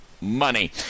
money